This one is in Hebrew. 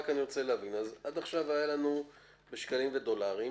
אני רוצה להבין: עד עכשיו היו לנו סכומים בשקלים ובדולרים,